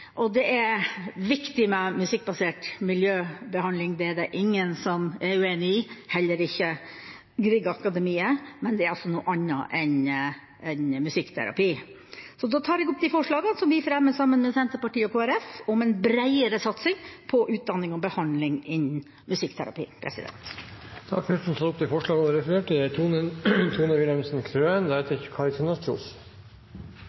Bergen. Det er viktig med musikkbasert miljøbehandling. Det er det ingen som er uenige i, heller ikke Griegakademiet, men det er noe annet enn musikkterapi. Så da tar jeg opp de forslagene som vi fremmer sammen med Senterpartiet og Kristelig Folkeparti om en breiere satsing på utdanning og behandling innen musikkterapi. Representanten Tove Karoline Knutsen har tatt opp de forslagene hun refererte til.